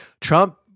Trump